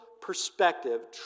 perspective